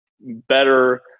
better –